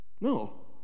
No